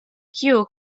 kiu